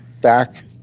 back